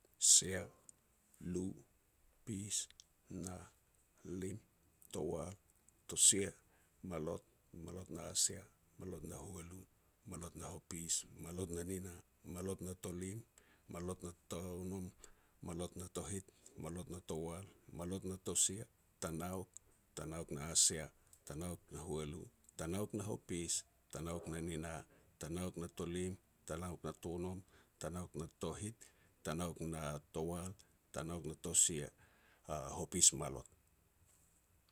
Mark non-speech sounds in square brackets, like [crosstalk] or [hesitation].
Sia, lu, pis, na, lim, towal, tosia, malot, malot na asia, malot na huali, malot na hopis, malot nanina, malot na tolim malot no tonom, malot na tohit, malot na towal, malot na tosia, tanauk. Tanauk na asia, tanauk na hualu, tanauk, na hopis, tanauk na nina, tanauk na tolim, tanauk na tonom, tanauk na tohit, tanauk na towal, tanauk na tosia [hesitation] hopis malot.